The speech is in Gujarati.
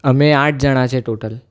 અમે આઠ જણ છીએ ટોટલ